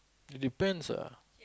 it depends lah